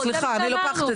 סליחה, אני לוקחת את זה.